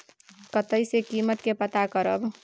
कतय सॅ कीमत के पता करब?